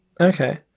Okay